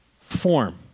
form